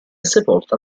sepolta